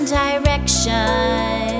direction